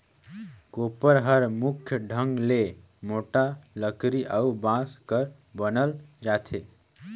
कोपर हर मुख ढंग ले मोट लकरी अउ बांस कर बनाल जाथे